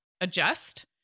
adjust